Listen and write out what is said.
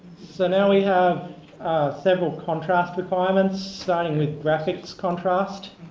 so now we have several contrast requirements, starting with graphics contrast,